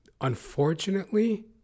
unfortunately